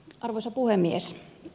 arvoisa puhemies